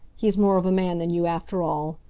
he's more of a man than you, after all.